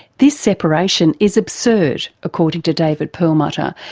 this separation is absurd according to david perlmutter,